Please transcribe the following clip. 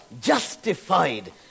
justified